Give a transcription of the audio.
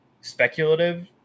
speculative